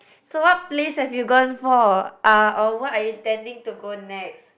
so what plays have you gone for uh or what are you intending to go next